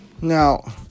Now